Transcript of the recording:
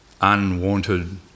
unwanted